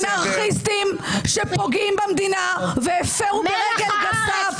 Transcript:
אנרכיסטים שפוגעים במדינה והפרו ברגל גסה --- מלח הארץ,